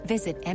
Visit